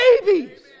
babies